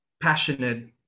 passionate